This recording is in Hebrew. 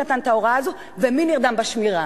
נתן את ההוראה הזאת ומי נרדם בשמירה,